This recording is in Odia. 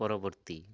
ପରବର୍ତ୍ତୀ